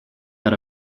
that